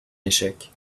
échec